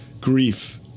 grief